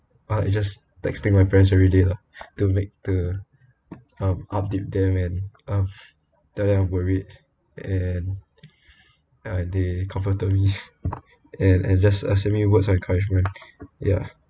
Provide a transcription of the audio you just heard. uh I just texting my parents every day lah to make to um update them and um tell them I'm worried and uh they comforted me and and just send me words of encouragement ya